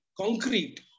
concrete